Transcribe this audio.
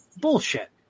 Bullshit